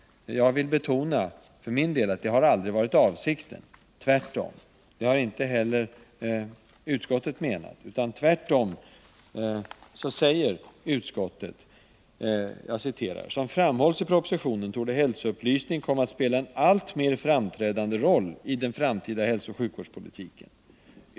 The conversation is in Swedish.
Jag vill för min del betona att det aldrig har varit meningen. Det har heller inte utskottet menat, utan utskottet säger tvärtom: ”Som framhålls i propositionen torde hälsoupplysning komma att spela en alltmer framträdande roll i den framtida hälsooch sjukvårdspolitiken.